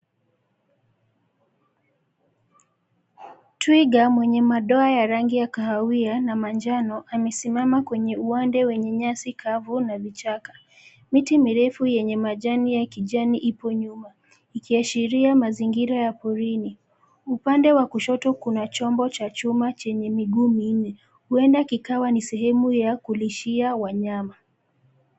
Twiga mwenye madoa ya rangi ya kahawia na manjano, amesimama kwenye uwande wenye nyasi kavu na vichaka. Miti mirefu yenye majani ya kijani ipo nyuma; ikiashiria mazingira ya porini. Upande wa kushoto kuna chombo cha chuma chenye miguu minne. Huenda kikawa ni sehemu ya kulishia wanyama.